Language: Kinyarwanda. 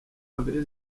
mbili